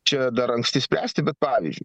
čia dar anksti spręsti bet pavyzdžiui